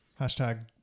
hashtag